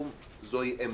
זה קשור לזה שאם